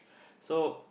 so